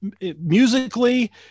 musically